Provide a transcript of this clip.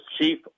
chief